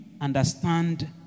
understand